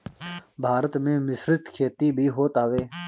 भारत में मिश्रित खेती भी होत हवे